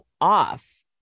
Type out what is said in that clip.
off